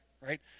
right